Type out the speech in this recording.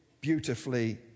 beautifully